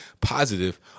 positive